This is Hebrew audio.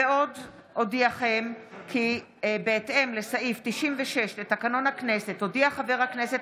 עוד אודיעכם כי בהתאם לסעיף 96 לתקנון הכנסת הודיע חבר הכנסת